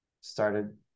started